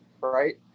right